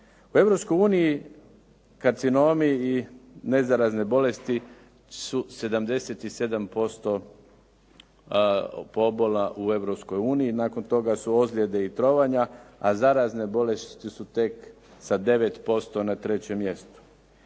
karcinomi i nezarazne bolesti su 77% pobola u Europskoj uniji, nakon toga su ozljede i trovanja, a zarazne bolesti su tek sa 9% na trećem mjestu.